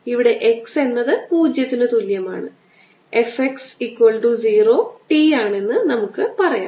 ഇവിടെ X എന്നത് 0 ന് തുല്യമാണ് f x 0 t ആണെന്ന് നമുക്ക് പറയാം